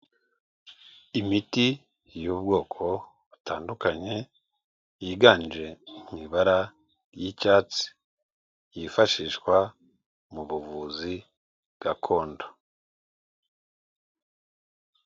Imiti y'ubwoko butandukanye yiganje mu ibara ry'icyatsi yifashishwa mu buvuzi gakondo.